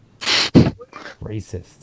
Racist